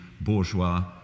bourgeois